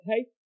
okay